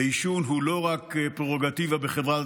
ועישון הוא לא רק פררוגטיבה בחברה דמוקרטית,